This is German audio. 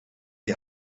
die